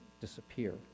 disappear